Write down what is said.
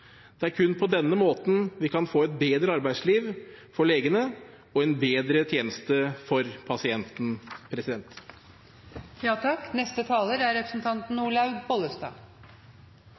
Det er kun på denne måten vi kan få et bedre arbeidsliv for legene og en bedre tjeneste for pasienten.